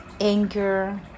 anger